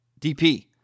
DP